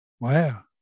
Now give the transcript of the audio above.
Wow